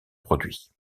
produits